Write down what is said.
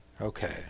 Okay